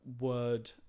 word